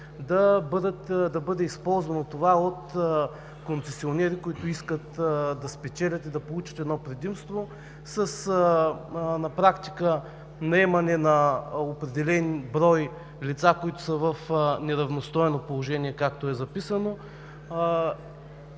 да бъде използвано това от концесионери, които искат да спечелят и да получат едно предимство – на практика с наемане на определен брой лица, които са в неравностойно положение, както е записано,